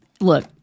Look